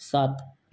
सात